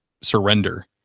surrender